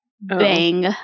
Bang